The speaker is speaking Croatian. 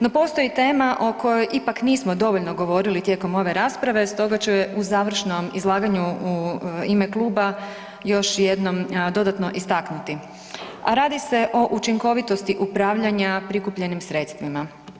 No postoji tema o kojoj ipak nismo dovoljno govorili tijekom ove rasprave, stoga ću je u završnom izlaganju u ime kluba još jednom dodatno istaknuti, a radi se o učinkovitosti upravljanja prikupljenim sredstvima.